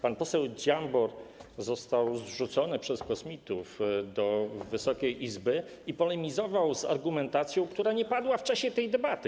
Pan poseł Dziambor został zrzucony przez kosmitów do Wysokiej Izby i polemizował z argumentacją, która nie padła w czasie tej debaty.